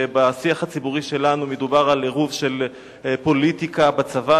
ובשיח הציבורי שלנו מדובר על עירוב של פוליטיקה בצבא,